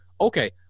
Okay